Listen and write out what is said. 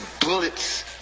bullets